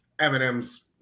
Eminem's